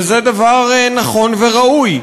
וזה דבר נכון וראוי.